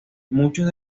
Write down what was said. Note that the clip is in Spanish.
muchos